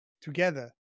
together